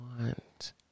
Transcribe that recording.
want